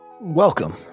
Welcome